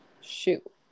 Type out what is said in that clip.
shoot